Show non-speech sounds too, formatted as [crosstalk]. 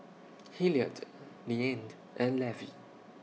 Hilliard Liane [unintelligible] and Levy